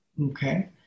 okay